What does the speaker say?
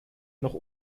noch